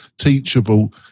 Teachable